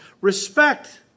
respect